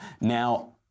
Now